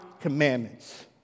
commandments